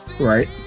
right